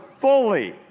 fully